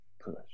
push